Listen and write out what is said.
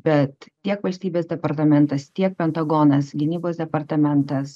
bet tiek valstybės departamentas tiek pentagonas gynybos departamentas